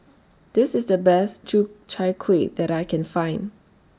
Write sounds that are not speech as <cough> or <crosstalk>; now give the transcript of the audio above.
This IS The Best <unintelligible> Chai Kuih that I Can Find